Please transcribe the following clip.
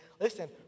Listen